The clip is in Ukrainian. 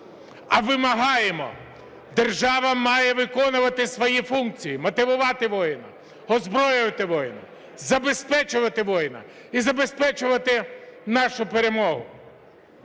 а вимагаємо – держава має виконувати свої функції: мотивувати воїна, озброювати воїна, забезпечувати воїна, і забезпечувати нашу перемогу.